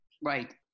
Right